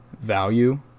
value